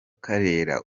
karera